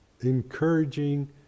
encouraging